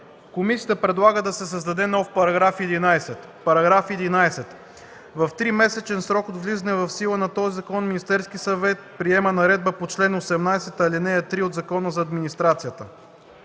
Комисията предлага да се създаде нов § 11: „§ 11. В тримесечен срок от влизането в сила на този закон Министерският съвет приема наредбата по чл. 18, ал. 3 от Закона за администрацията.”